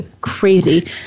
Crazy